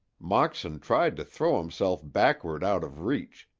moxon tried to throw himself backward out of reach,